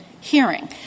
hearing